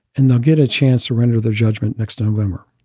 and they'll get a chance to render their judgment next to november